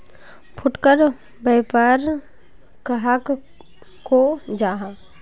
फुटकर व्यापार कहाक को जाहा?